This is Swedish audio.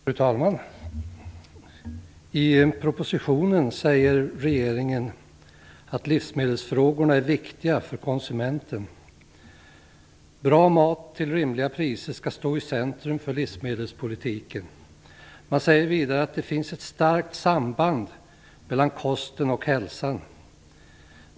Fru talman! I propositionen säger regeringen att livsmedelsfrågorna är viktiga för konsumenten. Bra mat till rimliga priser skall stå i centrum för livsmedelspolitiken. Man säger vidare att det finns ett starkt samband mellan kost och hälsa.